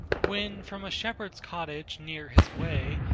when from a shepherd's cottage near his way,